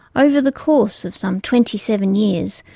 over the course of some twenty seven years,